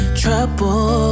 trouble